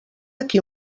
aquí